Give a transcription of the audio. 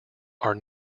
are